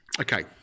Okay